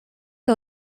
que